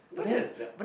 no that ya